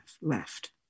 left